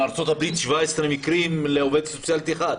בארצות-הברית 17 מקרים לעובדת סוציאלית אחת.